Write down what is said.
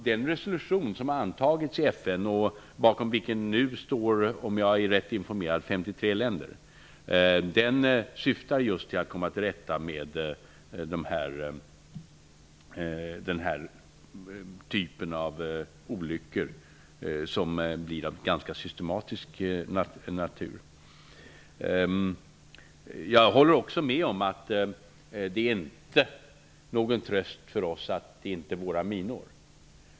Den resolution som har antagits i FN, bakom vilken nu står 53 länder, om jag är rätt informerad, syftar just till att komma till rätta med den här typen av olyckor, som blir av ganska systematisk natur. Jag håller också med om att det inte är någon tröst för oss att det inte är våra minor.